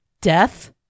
death